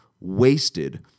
wasted